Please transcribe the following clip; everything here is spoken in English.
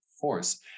force